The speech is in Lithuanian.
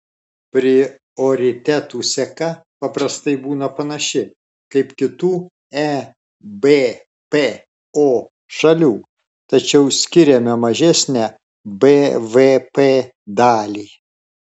prioritetų seka paprastai būna panaši kaip kitų ebpo šalių tačiau skiriame mažesnę bvp dalį